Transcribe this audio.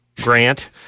Grant